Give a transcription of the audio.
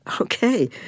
okay